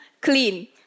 clean